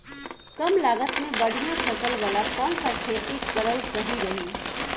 कमलागत मे बढ़िया फसल वाला कौन सा खेती करल सही रही?